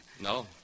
No